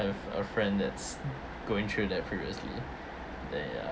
have a friend that's going through that previously then ya